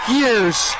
years